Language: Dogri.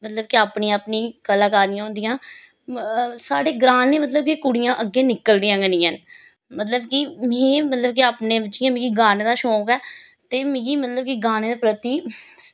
मतलब कि अपनी अपनी कलाकारियां होंदियां साढ़े ग्रांऽ मतलब कि कुड़ियां अग्गें निकलदियां गै नी हैन मतलब कि में मतलब कि अपने जियां मिगी गाने दा शौक ऐ ते मिगी मतलब कि गाने दे प्रति